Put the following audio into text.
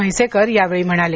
म्हैसेकर यावेळी म्हणाले